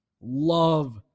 love